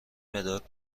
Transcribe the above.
مداد